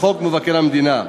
לחוק מבקר המדינה.